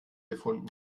gefunden